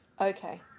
okay